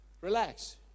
relax